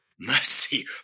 mercy